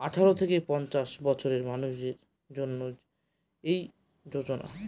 আঠারো থেকে পঞ্চাশ বছরের মানুষের জন্য এই যোজনা